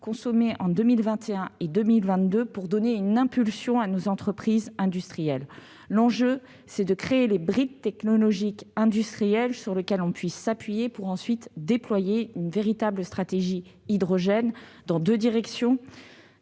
consommés en 2021 et 2022 afin de donner une impulsion à nos entreprises industrielles. L'enjeu est de créer les briques technologiques industrielles sur lesquelles on puisse s'appuyer pour, ensuite, déployer une véritable stratégie hydrogène dans deux directions